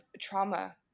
trauma